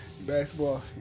Basketball